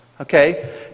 Okay